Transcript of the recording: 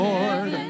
Lord